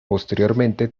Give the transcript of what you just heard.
posteriormente